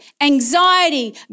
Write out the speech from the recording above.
anxiety